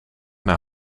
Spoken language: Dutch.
naar